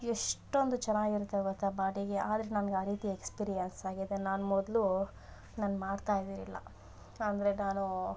ಎಷ್ಟೊಂದು ಚೆನ್ನಾಗಿರುತ್ತೆ ಗೊತ್ತಾ ಬಾಡಿಗೆ ಆದರೆ ನಮ್ಗೆ ಆ ರೀತಿ ಎಕ್ಸ್ಪೀರಿಯನ್ಸ್ ಆಗಿದೆ ನಾನು ಮೊದಲು ನಾನು ಮಾಡ್ತಾಯಿದಿರಿಲ್ಲ ಅಂದರೆ ನಾನೂ